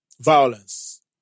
violence